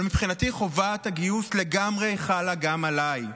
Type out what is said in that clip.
אבל מבחינתי, חובת הגיוס לגמרי חלה גם עליי.